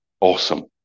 awesome